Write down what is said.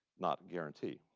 not guaranteed.